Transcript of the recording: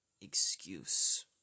excuse